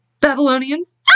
Babylonians